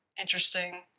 interesting